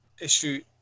issue